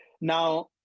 Now